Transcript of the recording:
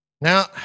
Now